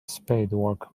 spadework